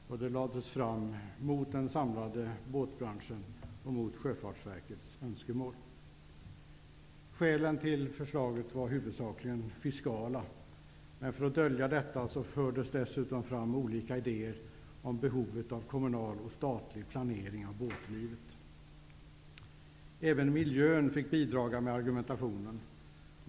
Förslaget lades fram i strid mot den samlade båtbranschens och mot Skälen till förslaget var huvudsakligen fiskala. Men för att dölja detta fördes dessutom fram olika idéer om behovet av kommunal och statlig planering av båtlivet. Även miljön har utnyttjats när det gällt att bidraga med argument.